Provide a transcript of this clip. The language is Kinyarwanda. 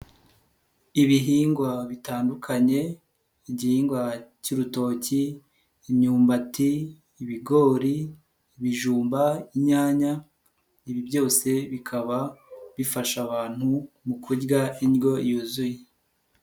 Ibihingwa bitandukanye: igihingwa cy'urutoki, imyumbati, ibigori, ibijumba, inyanya, byose bikaba bifasha abantu mu kurya indyo yuzuye.